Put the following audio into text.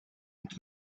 into